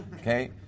Okay